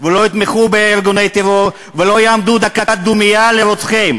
ולא יתמכו בארגוני טרור ולא יעמדו דקת דומייה לרוצחים.